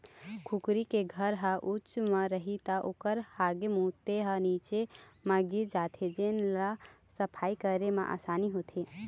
कुकरी के घर ह उच्च म रही त ओखर हागे मूते ह नीचे म गिर जाथे जेन ल सफई करे म असानी होथे